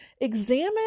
Examine